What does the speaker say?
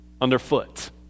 underfoot